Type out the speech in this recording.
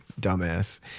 dumbass